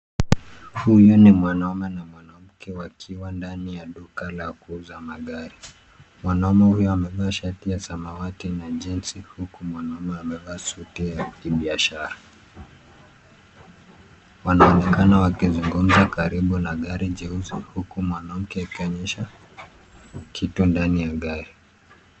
Huyu ni mwanaume na mwanamke wakiwa ndani ya duka la kuuza magari. Mwanaume huyo amevaa shati ya samawati na jeansi , huku mwanamume amevaa suti ya kibiashara. Wanaonekana wakizungumza karibu na gari jeusi, huku mwanamke akionyesha, kitu ndani ya gari.